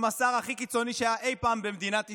השר הכי קיצוני שהיה אי פעם במדינת ישראל,